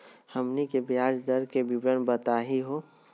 हमनी के ब्याज दर के विवरण बताही हो?